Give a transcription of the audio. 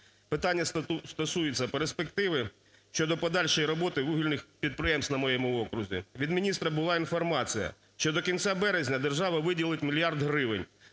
Питання стосується перспективи щодо подальшої роботи вугільних підприємств на моєму окрузі. Від міністра була інформація, що до кінця березня держава виділить мільярд гривень